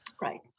Right